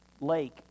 lake